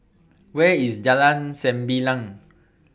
Where IS Jalan Sembilang